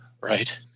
right